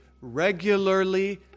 regularly